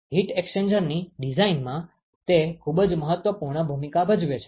heat એક્સ્ચેન્જરની ડીઝાઇનમાં તે ખુબ જ મહત્વપૂર્ણ ભૂમિકા ભજવે છે